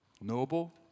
noble